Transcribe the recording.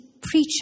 preacher